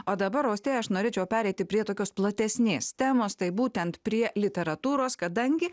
o dabar austėja aš norėčiau pereiti prie tokios platesnės temos taip būtent prie literatūros kadangi